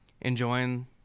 enjoying